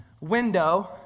window